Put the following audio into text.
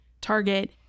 Target